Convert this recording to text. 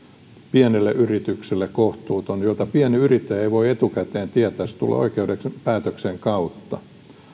pienelle yritykselle kohtuuton jota pienyrittäjä ei voi etukäteen tietää se tulee oikeuden päätöksen kautta